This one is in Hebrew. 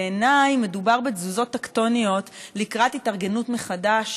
בעיניי מדובר בתזוזות טקטוניות לקראת התארגנות מחדש